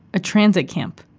a transit camp.